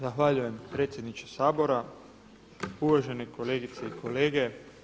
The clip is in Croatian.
Zahvaljujem predsjedniče Sabora, uvaženi kolegice i kolege.